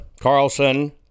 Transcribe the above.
Carlson